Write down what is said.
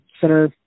center